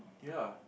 ya